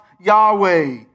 Yahweh